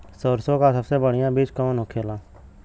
सरसों का सबसे बढ़ियां बीज कवन होखेला?